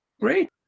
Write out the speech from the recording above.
Great